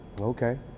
okay